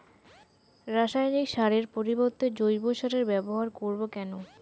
রাসায়নিক সারের পরিবর্তে জৈব সারের ব্যবহার করব কেন?